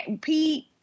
Pete